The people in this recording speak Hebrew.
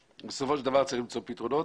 בסופו של דבר צריך למצוא פתרונות.